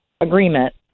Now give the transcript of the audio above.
agreement